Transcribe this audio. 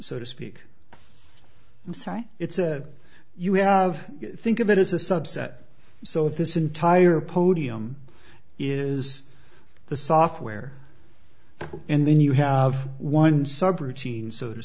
so to speak that's right it's a you have think of it as a subset so if this entire podium is the software and then you have one sub routine so to